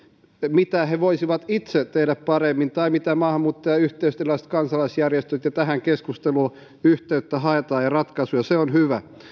mitä he voisivat itse tehdä paremmin tai mitä maahanmuuttajayhteisöt ja erilaiset kansalaisjärjestöt ja tähän keskusteluun yhteyttä ja ratkaisuja haetaan se on hyvä